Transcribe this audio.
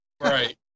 Right